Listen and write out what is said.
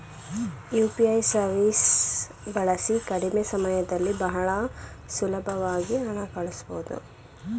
UPI ಸವೀಸ್ ಬಳಸಿ ಕಡಿಮೆ ಸಮಯದಲ್ಲಿ ಬಹಳ ಸುಲಬ್ವಾಗಿ ಹಣ ಕಳಸ್ಬೊದು